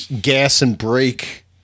gas-and-brake